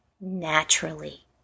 Naturally